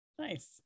nice